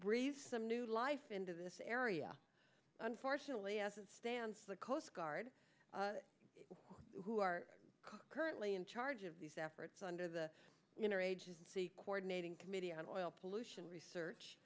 breeze some new life into this area unfortunately as it stands the coast guard who are currently in charge of these efforts under the inner agency coordinating committee on oil pollution research